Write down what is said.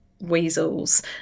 weasels